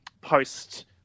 post